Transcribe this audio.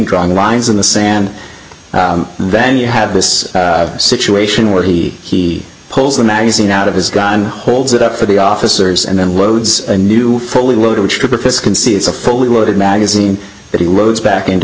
drawing lines in the sand then you have this situation where he he pulls the magazine out of his gun holds it up for the officers and then loads a new fully loaded with this can see it's a fully loaded magazine that he rose back into